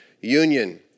union